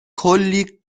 کلی